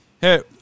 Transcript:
hey